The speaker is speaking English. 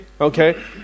Okay